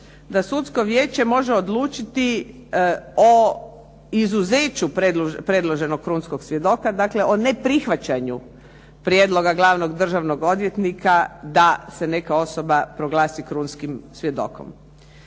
da sudsko vijeće može odlučiti o izuzeću predloženog krunskog svjedoka, dakle o neprihvaćanju prijedloga glavnog državnog odvjetnika da se neka osoba proglasi krunskim svjedokom.